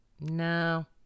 No